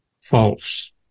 false